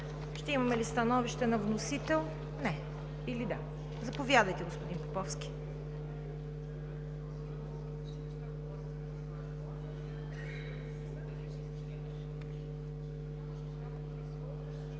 Ще имаме ли становище на вносител? Заповядайте, господин Поповски.